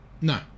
No